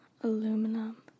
Aluminum